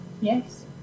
Yes